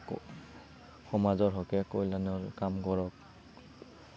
সমাজৰ হকে কল্যাণৰ কাম কৰক